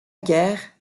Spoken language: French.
guerre